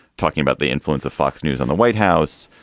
talking about the influence of fox news on the white house,